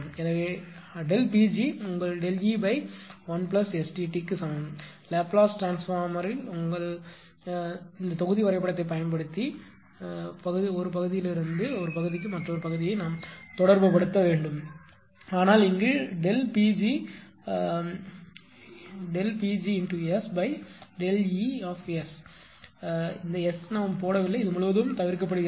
எனவே Pg உங்கள் ΔE1STt சமம் லாப்லேஸ் டிரான்ஸ்ஃபார்மில் உள்ள உங்கள் இந்த தொகுதி வரைபடத்தைப் பயன்படுத்தி 1 பகுதியிலிருந்து 1 பகுதிக்கு மற்றொரு பகுதியை நாம் தொடர்புபடுத்த வேண்டும் ஆனால் இங்கு PgΔE s போடவில்லை இது முழுவதும் தவிர்க்க பட்டது